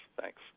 Thanks